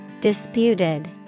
Disputed